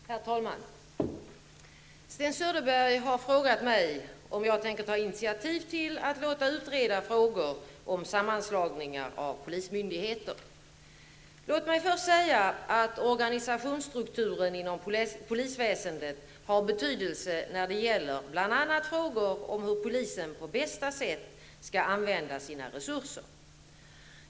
Herr talman! Sten Söderberg har frågat mig om jag tänker ta initiativ till att låta utreda frågor om sammanslagningar av polismyndigheter. Låt mig först säga att organisationsstrukturen inom polisväsendet har betydelse när det gäller bl.a. frågor om hur polisen på bästa sätt skall använda sina resurser.